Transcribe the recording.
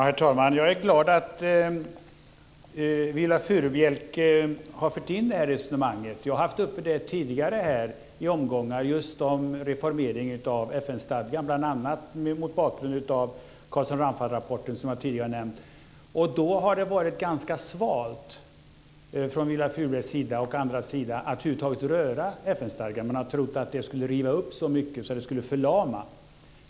Herr talman! Jag är glad att Viola Furubjelke har fört in det här resonemanget. Jag har haft det uppe tidigare i omgångar, just om reformeringen av FN stadgan, bl.a. mot bakgrund av Carlsson-Ramphalrapporten. Då har det varit ett ganska svalt intresse från Viola Furubjelke och från andras sida att över huvud taget röra FN-stadgan; man har trott att det skulle riva upp så mycket att det skulle förlama.